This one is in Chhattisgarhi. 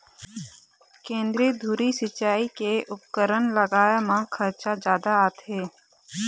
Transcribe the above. केंद्रीय धुरी सिंचई के उपकरन लगाए म खरचा जादा आथे